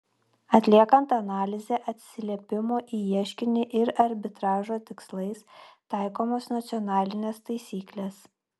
atliekant analizę atsiliepimo į ieškinį ar arbitražo tikslais taikomos nacionalinės taisyklės